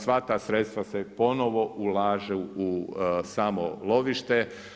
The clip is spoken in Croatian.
Sva ta sredstva se ponovno ulažu u samo lovište.